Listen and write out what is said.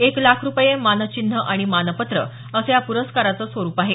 एक लाख रुपये मानचिन्ह आणि मानपत्र असं या पुरस्काराचं स्वरुप आहे